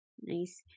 Nice